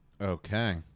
Okay